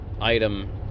item